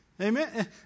Amen